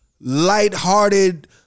lighthearted